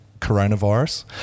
Coronavirus